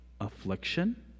affliction